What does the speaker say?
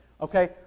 Okay